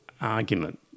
argument